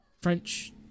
french